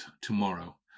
tomorrow